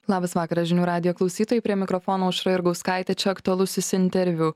labas vakaras žinių radijo klausytojai prie mikrofono aušra jurgauskaitė čia aktualusis interviu